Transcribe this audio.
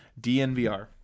DNVR